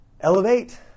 Elevate